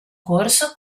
corso